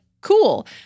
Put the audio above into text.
cool